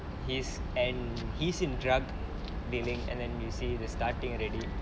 he's and he's in drug dealing and then you see the starting already